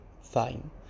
fine